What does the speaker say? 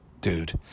dude